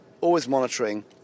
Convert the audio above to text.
always-monitoring